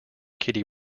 kitty